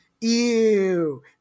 Ew